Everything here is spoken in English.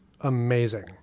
amazing